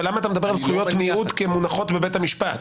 אבל למה אתה מדבר על זכויות מיעוט כמונחות בבית המשפט?